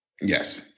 Yes